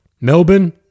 Melbourne